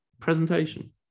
presentation